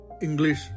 English